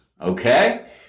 Okay